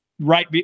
right